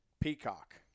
peacock